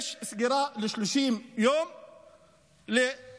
יש סגירה ל-30 יום לאולם.